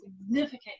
significant